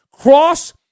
Cross